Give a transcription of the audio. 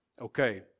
okay